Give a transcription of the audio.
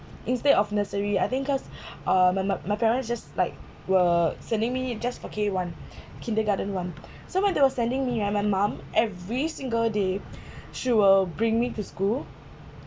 instead of nursery I think cause uh my mum my parents just like were sending me just for K one kindergarten one so when they was sending me I mean my mum every single day she will bring me to school